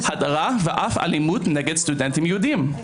הדרה ואף אלימות נגד סטודנטים יהודים.